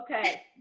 Okay